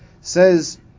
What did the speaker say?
Says